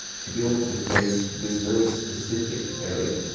to be able to face this very specific area.